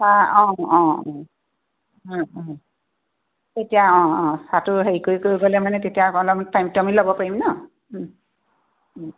হা অঁ অঁ এতিয়া অঁ অঁ চাহটো হেৰি কৰিপেলে মানে তেতিয়া অলপ আমি টাইমটো ল'ব পাৰিম ন'